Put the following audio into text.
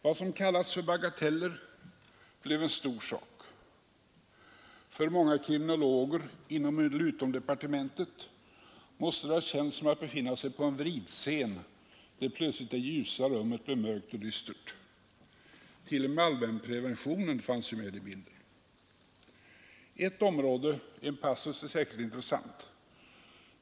Vad som kallats för bagateller blev till en stor sak. För många kriminologer inom eller utom departementet måste det ha känts som att befinna sig på en vridscen, där plötsligt det ljusa rummet blev mörkt och dystert. T. o. m. allmänpreventionen fanns nu med i direktiven! En passus är särskilt intressant.